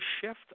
shift